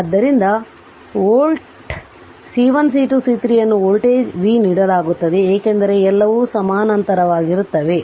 ಆದ್ದರಿಂದ volt C1 C2 C3 ಅನ್ನು voltage v ನೀಡಲಾಗುತ್ತದೆ ಏಕೆಂದರೆ ಎಲ್ಲವೂ ಸಮಾನಾಂತರವಾಗಿರುತ್ತವೆ